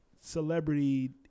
Celebrity